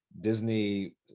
Disney